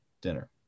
dinner